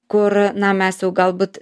kur na mes jau galbūt